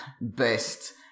best